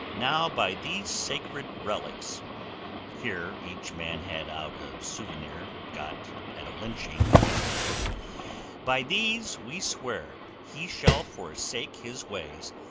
now, by these sacred relics here each man had out a souvenir got at a lynching yesteryear by these we swear he shall forsake his ways,